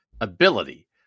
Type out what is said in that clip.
ability